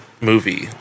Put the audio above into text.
movie